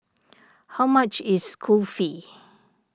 how much is Kulfi